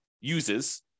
uses